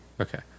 Okay